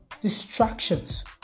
distractions